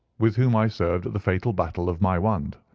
with whom i served at the fatal battle of maiwand.